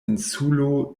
insulo